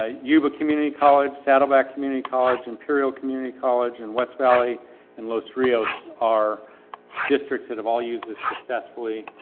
ah yuba community college, saddleback community college, imperial community college, and west valley and los rios are districts that have all used this successfully.